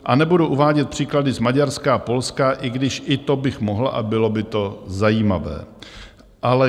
A nebudu uvádět příklady z Maďarska a Polska, i když i to bych mohl a bylo by to zajímavé.